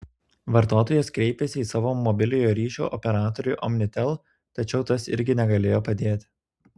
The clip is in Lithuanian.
vartotojas kreipėsi į savo mobiliojo ryšio operatorių omnitel tačiau tas irgi negalėjo padėti